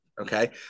okay